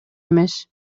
эмес